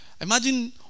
Imagine